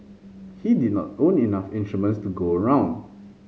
he did not own enough instruments to go around